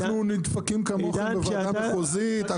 אנחנו נדפקים כמוכם בוועדה מחוזית,